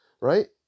right